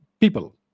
people